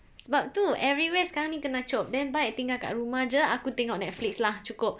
sebab tu everywhere sekarang ni kena chope then baik tinggal kat rumah jer aku tengok Netflix lah cukup